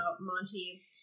monty